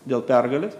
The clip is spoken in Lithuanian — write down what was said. dėl pergalės